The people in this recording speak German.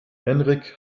henrik